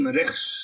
rechts